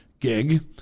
gig